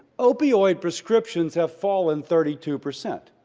opioid prescriptions have fallen thirty two percent.